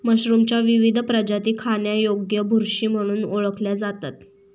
मशरूमच्या विविध प्रजाती खाण्यायोग्य बुरशी म्हणून ओळखल्या जातात